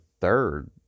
third